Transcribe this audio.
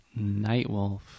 Nightwolf